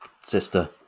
sister